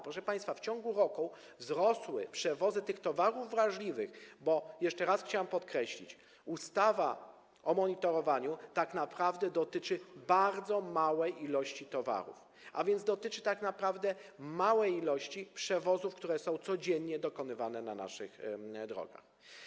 Proszę państwa, w ciągu roku wzrosły przewozy towarów wrażliwych, bo jeszcze raz chciałem podkreślić, że ustawa o monitorowaniu tak naprawdę dotyczy bardzo małej ilości towarów, dotyczy tak naprawdę małej ilości przewozów, które są codziennie dokonywane na naszych drogach.